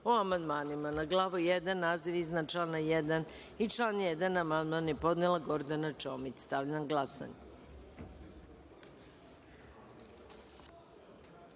o amandmanima. Na glavu 1. naziv iznad člana 1. i član 1. amandman je podnela Gordana Čomić. Stavljam na